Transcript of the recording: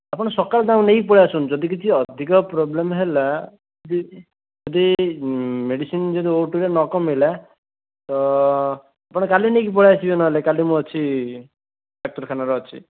ଆପଣ ସକାଳୁ ତା'କୁ ନେଇକି ପଳେଇ ଆସନ୍ତୁ ଯଦି କିଛି ଅଧିକ ପ୍ରୋବ୍ଲେମ୍ ହେଲା ଯେ ମେଡିସିନ୍ ଯଦି ଓ ଟୁରେ ନ କମିଲା ତ ଆପଣ କାଲି ନେଇକି ପଳେଇ ଆସିବେ ନହେଲେ କାଲି ମୁଁ ଅଛି ଡ଼ାକ୍ତରଖାନାରେ ଅଛି